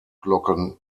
glocken